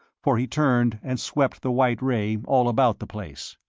for he turned and swept the white ray all about the place.